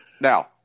Now